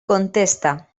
contesta